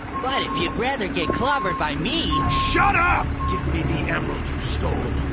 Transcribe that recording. but if you'd rather get clobbered by me. shut up! give me the emerald you stole,